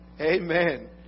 Amen